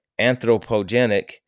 anthropogenic